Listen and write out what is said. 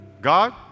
God